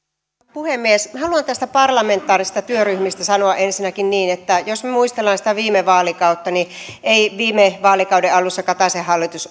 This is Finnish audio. puhemies haluan tästä parlamentaarisesta työryhmästä sanoa ensinnäkin niin että jos me muistelemme sitä viime vaalikautta niin ei viime vaalikauden alussa kataisen hallitus